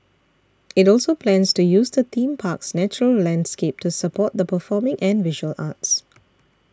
it also plans to use the theme park's natural landscape to support the performing and visual arts